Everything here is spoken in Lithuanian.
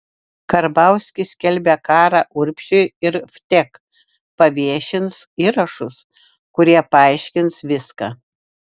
karbauskis skelbia karą urbšiui ir vtek paviešins įrašus kurie paaiškins viską